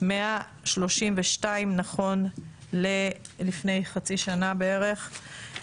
132 נכון לפני חצי שנה בערך.